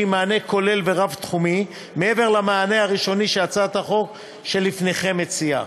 מענה כולל ורב-תחומי מעבר למענה הראשוני שהצעת החוק שלפניכם מציעה.